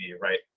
right